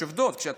יש עובדות.